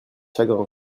chagrin